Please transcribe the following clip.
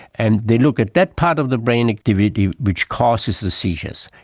and they look at that part of the brain activity which causes the seizures.